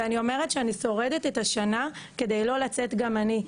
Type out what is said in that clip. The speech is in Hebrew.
ואני אומרת שאני שורדת את השנה כדי לא לצאת גם אני.